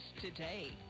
today